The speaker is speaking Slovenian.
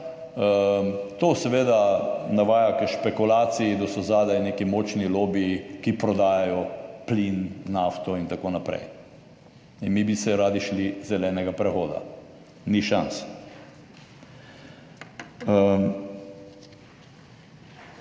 To seveda navaja k špekulaciji, da so zadaj neki močni lobiji, ki prodajajo plin, nafto in tako naprej, in mi bi se radi šli zelenega prehoda. Ni šans.